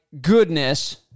goodness